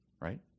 Right